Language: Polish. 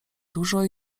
dużo